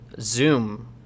Zoom